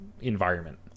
environment